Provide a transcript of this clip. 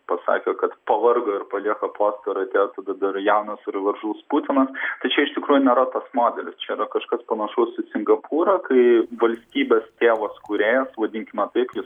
pasakė kad pavargo ir palieka postą ir atėjo tada dar jaunas ir veržlus putinas tai čia iš tikrųjų nėra tas modelis čia yra kažkas panašaus į singapūrą kai valstybės tėvas kūrėjas vadinkime taip jis